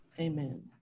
Amen